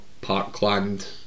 parkland